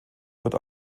wird